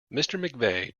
mcveigh